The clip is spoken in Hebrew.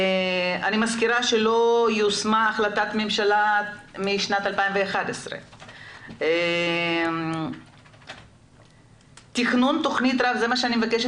אני מזכירה שלא יושמה החלטת ממשלה משנת 2011. אני מבקשת